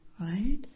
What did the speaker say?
right